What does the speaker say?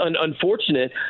unfortunate